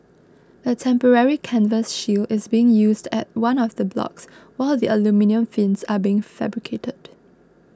a temporary canvas shield is being used at one of the blocks while the aluminium fins are being fabricated